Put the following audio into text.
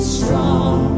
strong